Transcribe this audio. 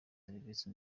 serivisi